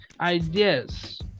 Ideas